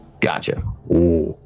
Gotcha